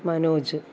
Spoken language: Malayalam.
മനോജ്